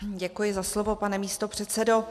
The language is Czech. Děkuji za slovo, pane místopředsedo.